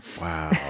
wow